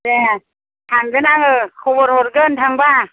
दे थांगोन आङो खबर हरगोन थांबा